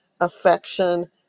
affection